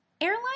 airline